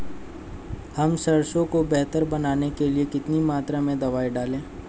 हम सरसों को बेहतर बनाने के लिए कितनी मात्रा में दवाई डालें?